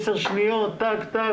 בעשר שניות גומרים את זה,